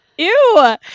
Ew